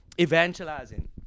evangelizing